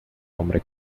hombre